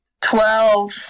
Twelve